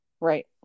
right